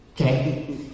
Okay